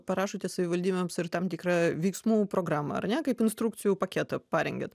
parašote savivaldybėms ir tam tikra veiksmų programą ar ne kaip instrukcijų paketą parengiat